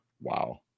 wow